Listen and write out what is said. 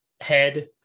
head